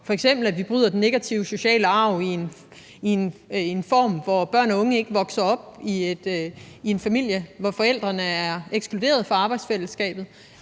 vi f.eks. bryder den negative sociale arv i en form, hvor børn og unge ikke vokser op i en familie, hvor forældrene er ekskluderet fra arbejdsfællesskabet,